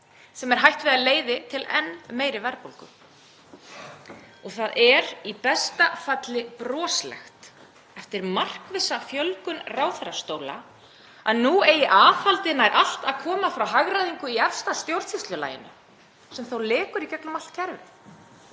sem er hætt við að leiði til enn meiri verðbólgu. Og það er í besta falli broslegt, eftir markvissa fjölgun ráðherrastóla, að nú eigi aðhaldið nær allt að koma frá hagræðingu í efsta stjórnsýslulaginu, sem þó lekur í gegnum allt kerfið.